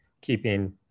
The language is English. keeping